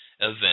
event